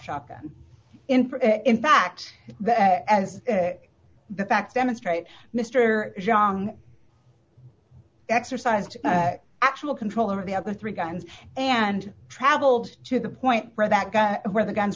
shotgun in fact as the facts demonstrate mr young exercised actual control over the other three guns and traveled to the point where that guy where the gu